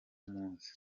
muzi